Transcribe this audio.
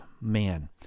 man